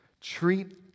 treat